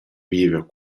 viva